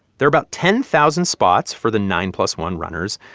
there are about ten thousand spots for the nine plus one runners,